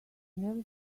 never